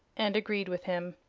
and agreed with him.